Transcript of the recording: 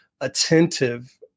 attentive